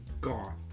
gone